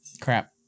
Crap